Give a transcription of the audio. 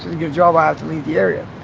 to get a job i have to leave the area.